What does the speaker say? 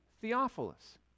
Theophilus